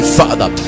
father